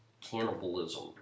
cannibalism